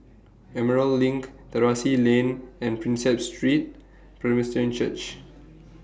Emerald LINK Terrasse Lane and Prinsep Street Presbyterian Church